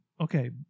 Okay